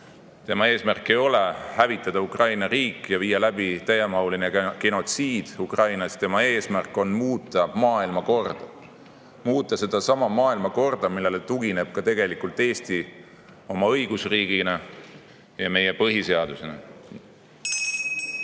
Tema eesmärk ei ole hävitada [vaid] Ukraina riik ja viia läbi täiemahuline genotsiid Ukrainas. Tema eesmärk on muuta maailmakorda, muuta sedasama maailmakorda, millele tugineb tegelikult ka Eesti õigusriigina ja meie põhiseadus. (Juhataja